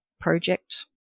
project